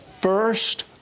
first